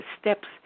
steps